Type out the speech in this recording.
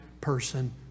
person